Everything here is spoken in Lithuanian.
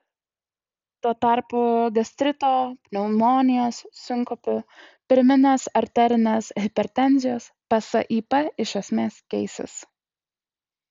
tuo tarpu gastrito pneumonijos sinkopių pirminės arterinės hipertenzijos psip iš esmės keisis